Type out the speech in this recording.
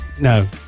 No